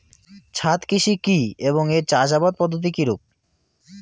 ছাদ কৃষি কী এবং এর চাষাবাদ পদ্ধতি কিরূপ?